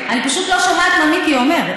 אני פשוט לא שומעת מה מיקי אומר.